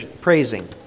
Praising